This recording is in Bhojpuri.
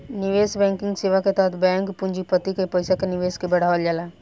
निवेश बैंकिंग सेवा के तहत बैंक पूँजीपति के पईसा के निवेश के बढ़ावल जाला